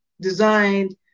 designed